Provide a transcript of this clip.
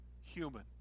human